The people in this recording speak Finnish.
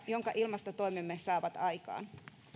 jonka ilmastotoimemme saavat aikaan